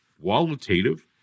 qualitative